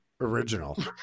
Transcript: original